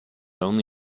only